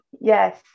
yes